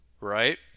right